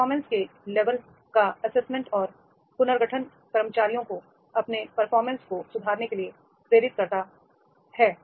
performance के level का assessments और पुनर्गठन कर्मचारियों को अपने परफॉर्मेंस को सुधारने के लिए प्रेरित करता है